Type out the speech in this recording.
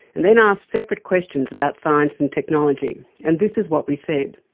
and then asked separate questions about science and technology, and this is what we said